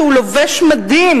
שעה שהוא לובש מדים,